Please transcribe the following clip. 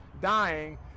dying